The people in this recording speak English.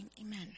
amen